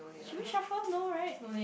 should we shuffle no right